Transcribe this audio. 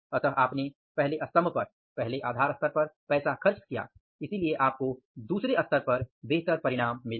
अतः आपने पहले स्तभ पर पहले आधार स्तर पर पैसा खर्च किया इसलिए आपको दूसरे स्तर पर बेहतर परिणाम मिले